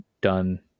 done